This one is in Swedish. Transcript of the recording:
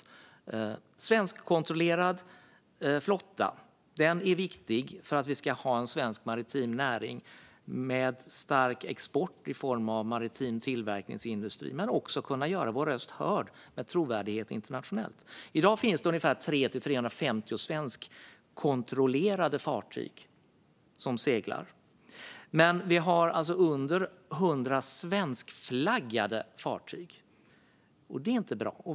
En svenskkontrollerad flotta är viktig för att vi ska ha en svensk maritim näring med stark export i form av maritim tillverkningsindustri men också för att vi ska kunna göra vår röst hörd med trovärdighet internationellt. I dag finns det 300-350 svenskkontrollerade fartyg som seglar, men vi har under 100 svenskflaggade fartyg. Det är inte bra.